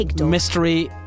mystery